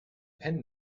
pin